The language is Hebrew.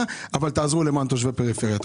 אבל תעזרו למען תושבי המקום הפריפריה.